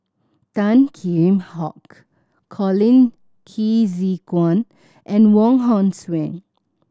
Tan Kheam Hock Colin Qi Zhe Quan and Wong Hong Suen